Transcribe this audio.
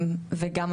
וגם,